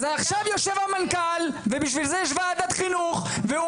אבל עכשיו יושב המנכ"ל ובשביל זה יש ועדת חינוך והוא